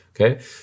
Okay